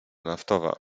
naftowa